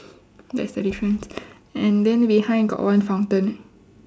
that's the difference and then behind got one fountain